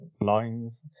lines